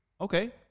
Okay